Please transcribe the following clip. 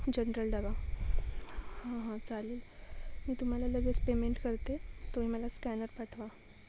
general डबा हं हं चालेल मी तुम्हाला लगेच पेमेंट करते तुम्ही मला स्कॅनर पाठवा